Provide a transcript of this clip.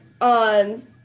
on